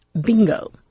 Bingo